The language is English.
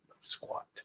squat